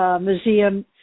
Museum